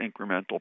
incremental